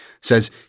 says